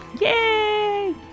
Yay